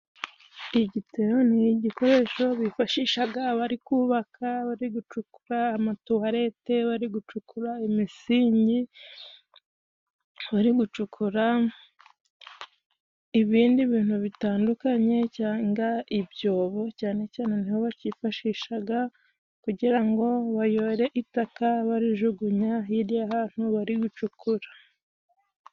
Igiteyo ni igikoresho bifashishaga bari kubaka, bari gucukura amatuwalete, bari gucukura imisingi ,bari gucukura ibindi bintu bitandukanye cyangwa ibyobo. Cyane cyane nibo bakiyifashishaga kugira ngo bayore itaka barijugunya hirya y' ahantu bari gucukura.